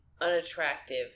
unattractive